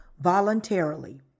voluntarily